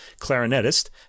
clarinetist